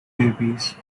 babies